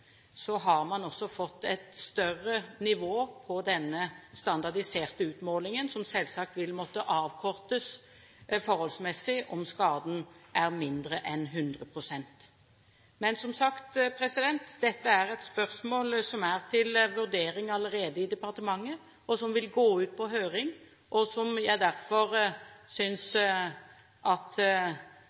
har man også fått et høyere nivå på det som kan komme i tillegg til den standardiserte utmålingen, som selvsagt vil måtte avkortes forholdsmessig om skaden er mindre enn 100 pst. Men, som sagt, dette er et spørsmål som allerede er til vurdering i departementet, som vil gå ut på høring, og som jeg derfor